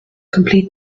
complete